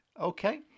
Okay